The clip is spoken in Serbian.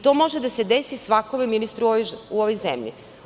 To može da se desi svakome, ministre, u ovoj zemlji.